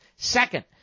Second